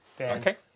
Okay